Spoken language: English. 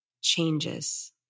changes